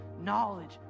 knowledge